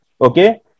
Okay